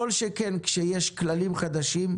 כל שכן כשיש כללים חדשים,